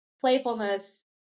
playfulness